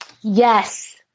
Yes